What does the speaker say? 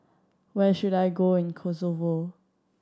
where should I go in Kosovo